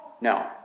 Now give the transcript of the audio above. No